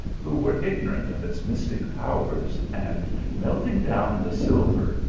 who were ignorant of its mystic powers, and melting down the silver,